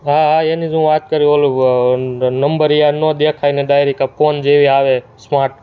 હા હા એની જ હું વાત કરું ઓલું નંબરિયા ના દેખાય ને ડાયરેક આ ફોન જેવી આવે સ્માર્ટ